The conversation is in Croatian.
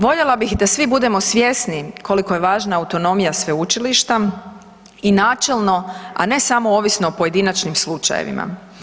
Voljela bih da svi budemo svjesni koliko je važna autonomija sveučilišta i načelno, a ne samo ovisno o pojedinačnim slučajevima.